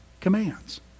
commands